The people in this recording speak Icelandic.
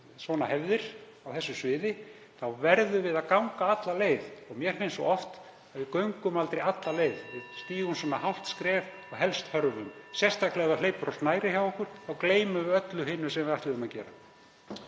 svona hefðir á þessu sviði þá verðum við að ganga alla leið. Mér finnst svo oft að við göngum aldrei alla leið, við stígum svona hálft skref og hörfum helst, sérstaklega ef það hleypur á snærið hjá okkur, og þá gleymum við öllu hinu sem við ætluðum að gera.